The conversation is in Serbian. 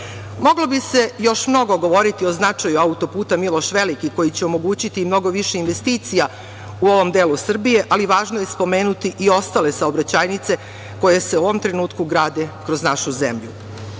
bi se još mnogo govoriti o značaju autoputa Miloš Veliki koji će omogućiti i mnogo više investicija u ovom delu Srbije, ali važno je spomenuti i ostale saobraćajnice koje se u ovom trenutku grade kroz našu zemlju. Na